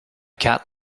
cat